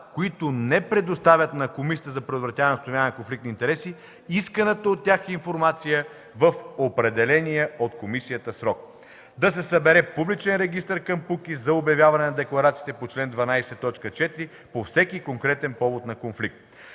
които не предоставят на Комисията за предотвратяване и установяване на конфликт на интереси исканата от тях информация в определения от комисията срок; - да се събере публичен регистър към КПУКИ за обявяване на декларациите по чл. 12, т. 4 по всеки конкретен повод на конфликт;